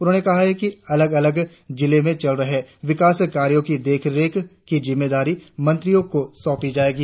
उन्होंने कहा अलग अलग जिलों में चल रहे विकास कार्यों की देखरेख कि जिम्मेदारी मंत्रियों को सौंपी जायेगी